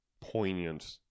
poignant